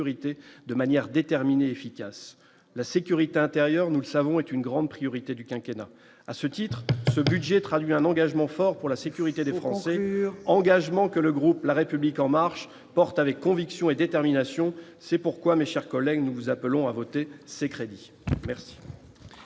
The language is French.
de manière déterminée et efficace la sécurité intérieure, nous le savons, est une grande priorité du quinquennat à ce titre, ce budget traduit un engagement fort pour la sécurité des Français engagements que le groupe la République en marche portent avec conviction et détermination, c'est pourquoi, mes chers collègues, nous vous appelons à voter ces crédits. Merci.